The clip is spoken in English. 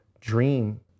dream